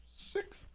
Six